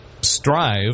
Strive